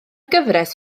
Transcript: gyfres